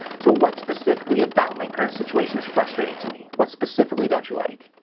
so what specifically about my current situation is frustrating to me? what specifically don't you like?